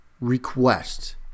request